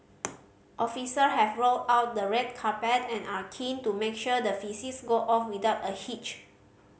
official have rolled out the red carpet and are keen to make sure the visits go off without a hitch